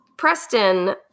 Preston